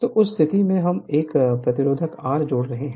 तो उस स्थिति में हम 1 प्रतिरोध R जोड़ रहे हैं